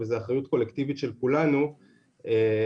וזאת אחריות קולקטיביות של כולנו בלי